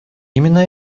именно